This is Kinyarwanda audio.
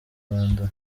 rwanda